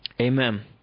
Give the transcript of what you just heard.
Amen